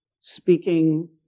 speaking